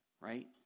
Right